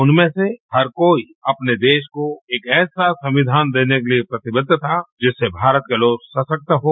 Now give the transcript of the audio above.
उनमें से हर कोई अपने देश को एक ऐसा संविधान देने के लिए प्रतिबद्ध था जिससे भारत के लोग सशक्त हों